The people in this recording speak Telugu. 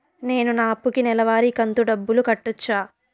నేను నా అప్పుకి నెలవారి కంతు డబ్బులు కట్టొచ్చా?